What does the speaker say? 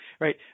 Right